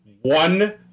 One